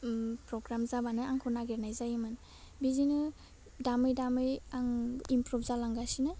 उम फ्रग्राम जाबानो आंखौ नागिरनाय जायोमोन बिदिनो दामै दामै आं इमफ्रुब जालांगासिनो